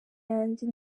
yanjye